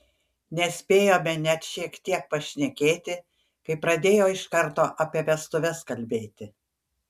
nespėjome net šiek tiek pašnekėti kai pradėjo iš karto apie vestuves kalbėti